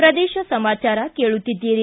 ಪ್ರದೇಶ ಸಮಾಚಾರ ಕೇಳುತ್ತೀದ್ದಿರಿ